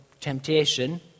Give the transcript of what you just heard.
Temptation